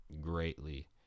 greatly